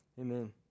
Amen